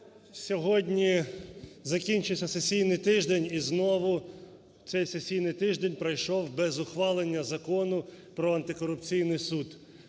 Сьогодні закінчився сесійний тиждень, і знову цей сесійний тиждень пройшов без ухвалення Закону про Антикорупційний суд